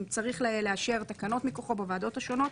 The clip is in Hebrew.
אם צריך לאשר תקנות מכוחו בוועדות השונות,